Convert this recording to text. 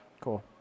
Cool